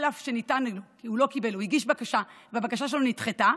הוא לא קיבל, הוא הגיש בקשה והבקשה שלו נדחתה,